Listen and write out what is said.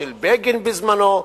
של בגין בזמנו.